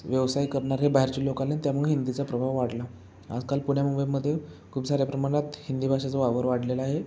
व्यवसाय करणारे हे बाहेरचेे लोक आले त्यामुळे हिंदीचा प्रभाव वाढला आजकाल पुण्यामुंबईमध्ये खूप साऱ्या प्रमाणात हिंदी भाषेचा वापर वाढलेला आहे